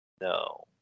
No